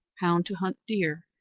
hound to hunt deer,